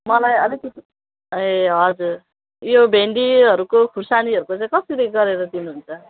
मलाई अलिकति ए हजुर यो भेन्डीहरूको खोर्सानीहरूको चाहिँ कसरी गरेर दिनुहुन्छ